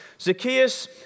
Zacchaeus